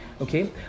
okay